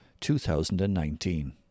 2019